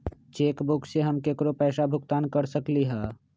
cheque book से हम केकरो पैसा भुगतान कर सकली ह